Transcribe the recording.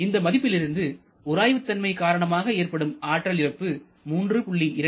இந்த மதிப்பிலிருந்து உராய்வு தன்மை காரணமாக ஏற்படும் ஆற்றல் இழப்பு 3